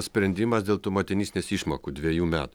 sprendimas dėl tų motinystės išmokų dvejų metų